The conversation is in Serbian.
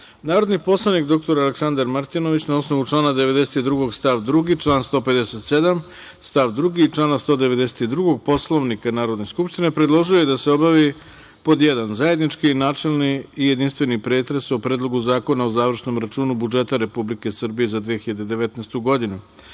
predlog. Narodni poslanik dr Aleksandar Martinović, na osnovu člana 92. stav 2. člana 157. stav 2. i člana 192. Poslovnika Narodne skupštine, predložio je da se obavi:1. Zajednički načelni i jedinstveni pretres o: Predlogu zakona o završnom računu budžeta Republike Srbije za 2019. godinu,